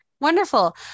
Wonderful